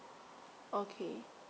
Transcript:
okay